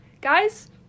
Guys